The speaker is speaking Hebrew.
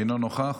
אינו נוכח.